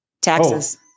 Taxes